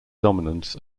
dominance